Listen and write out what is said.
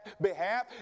behalf